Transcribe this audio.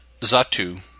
Zatu